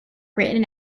written